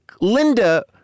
Linda